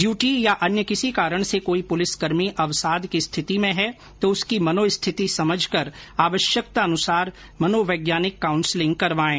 duty या अन्य किसी कारण से कोई पुलिसकर्मी अवसाद की स्थिति में है तो उसकी मनोस्थिति समझकर आवश्यकतानुसार मनोवैज्ञानिक काउंसलिंग करवाएं